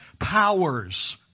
powers